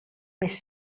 més